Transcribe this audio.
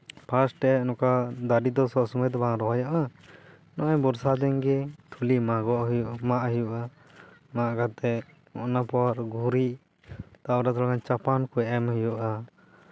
first ᱨᱮ ᱫᱟᱨᱮ ᱫᱚ ᱱᱚᱝᱠᱟ ᱫᱟᱨᱮ ᱫᱚ ᱥᱚᱵᱽ ᱥᱚᱢᱚᱭ ᱫᱚ ᱵᱟᱝ ᱨᱚᱦᱚᱭᱚᱜᱼᱟ ᱱᱚᱜᱼᱚᱭ ᱵᱚᱨᱥᱟ ᱫᱤᱱ ᱜᱮ ᱠᱷᱟᱹᱞᱤ ᱢᱟᱜ ᱦᱩᱭᱩᱜᱼᱟ ᱢᱟᱜ ᱠᱟᱛᱮᱜ ᱚᱱᱟ ᱯᱚᱨ ᱜᱩᱨᱤᱡ ᱛᱟᱨᱯᱚᱨᱮ ᱛᱷᱚᱲᱟ ᱪᱟᱯᱟᱱ ᱠᱚ ᱮᱢ ᱦᱩᱭᱩᱜᱼᱟ